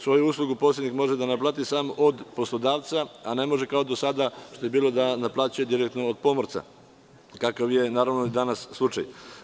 Svoju uslugu posrednik može da naplati sam od poslodavca a ne može kao do sada što je bilo da naplaćuje direktno od pomorca, kakav je i danas slučaj.